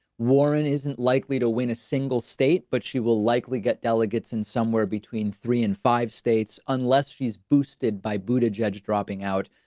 warren isn't likely to win a single state but she will likely get delegates in somewhere between three and five states, unless she's boosted by buddha judge dropping out,